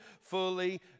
fully